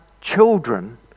children